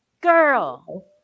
girl